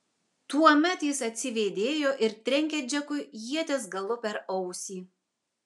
tuomet jis atsivėdėjo ir trenkė džekui ieties galu per ausį